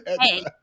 Hey